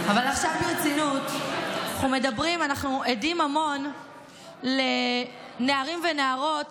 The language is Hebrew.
אבל עכשיו ברצינות, אנחנו עדים המון לנערים ונערות